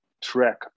trek